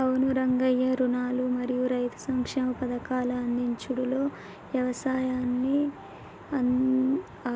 అవును రంగయ్య రుణాలు మరియు రైతు సంక్షేమ పథకాల అందించుడులో యవసాయాన్ని